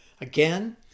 Again